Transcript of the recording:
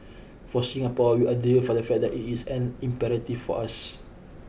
for Singapore we are driven from the fact that it is an imperative for us